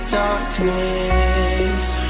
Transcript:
darkness